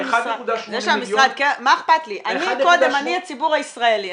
אני הציבור הישראלי.